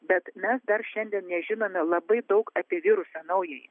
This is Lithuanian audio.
bet mes dar šiandien nežinome labai daug apie virusą naująjį